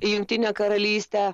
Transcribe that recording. į jungtinę karalystę